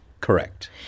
Correct